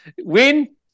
Win